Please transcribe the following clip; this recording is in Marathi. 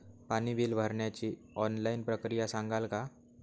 पाणी बिल भरण्याची ऑनलाईन प्रक्रिया सांगाल का?